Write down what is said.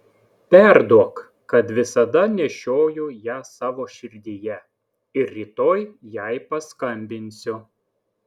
perduok kad visada nešioju ją savo širdyje ir rytoj jai paskambinsiu